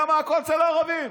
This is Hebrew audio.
כי הכול אצל הערבים?